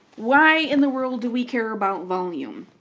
why in the world do we care about volume?